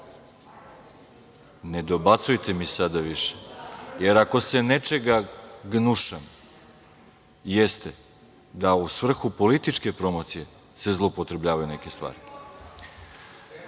dobacujte mi sada više, jer ako se nečega gnušam jeste da u svrhu političke promocije se zloupotrebljavaju neke stvari. Niko